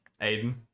Aiden